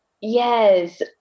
Yes